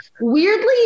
weirdly